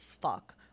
fuck